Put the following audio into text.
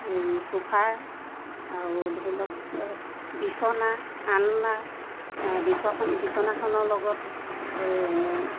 এই চোফাৰ আৰু ধৰি লওক বিছনা আলনা বিছখা বিছনাখনৰ লগত এই